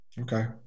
Okay